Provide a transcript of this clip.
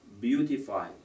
beautify